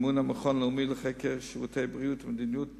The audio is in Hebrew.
במימון המכון הלאומי לחקר שירותי בריאות ומדיניות בריאות,